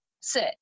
sit